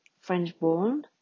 French-born